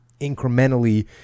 incrementally